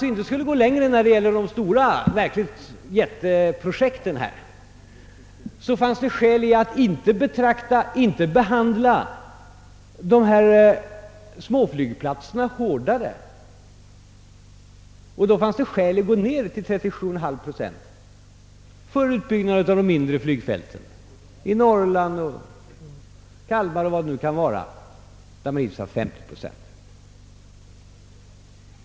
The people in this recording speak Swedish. Om man inte går längre när det gäller de verkligt stora projekten, så finns det ju goda skäl att inte behandla småflygplatserna hårdare utan även där tillämpa 37,5 procent för utbyggnad av mindre flygfält, t.ex. i Norrland och i Kalmar och på andra platser där man hittills har räknat med 50 procent.